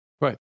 Right